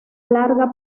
larga